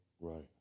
Right